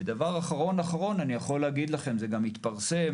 דבר אחרון, אני יכול להגיד לכם וזה גם התפרסם